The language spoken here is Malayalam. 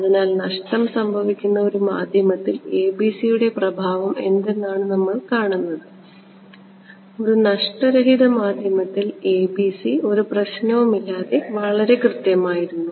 അതിനാൽ നഷ്ടം സംഭവിക്കുന്ന ഒരു മാധ്യമത്തിൽ ABC യുടെ പ്രഭാവം എന്താണെന്നാണ് നമ്മൾ കാണുന്നത് ഒരു നഷ്ടരഹിത മാധ്യമത്തിൽ ABC ഒരു പ്രശ്നവുമില്ലാതെ വളരെ കൃത്യമായിരുന്നു